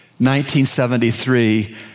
1973